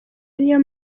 ariyo